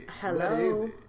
Hello